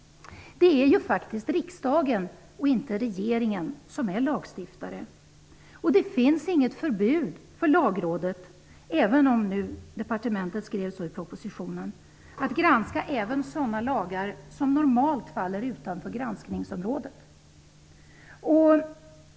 Det är faktiskt riksdagen som är lagstiftare, inte regeringen. Och det finns inget förbud för Lagrådet, även om departementet skrev som det gjorde i propositionen, att granska sådana lagar som normalt faller utanför granskningsområdet.